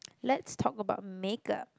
let's talk about make-up